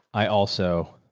i also.